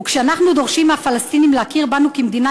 וכשאנחנו דורשים מהפלסטינים להכיר בנו כמדינה